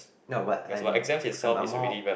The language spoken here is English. now but I'm I'm I'm more of